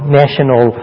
national